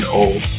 old